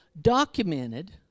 documented